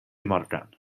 morgan